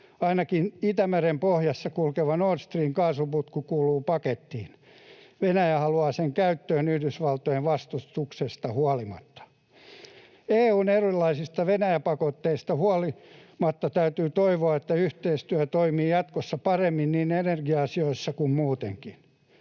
Ainakin Itämeren pohjassa kulkeva Nord Stream ‑kaasuputki kuuluu pakettiin. Venäjä haluaa sen käyttöön Yhdysvaltojen vastustuksesta huolimatta. EU:n erilaisista Venäjä-pakotteista huolimatta täytyy toivoa, että yhteistyö toimii jatkossa paremmin niin energia-asioissa kuin muutenkin.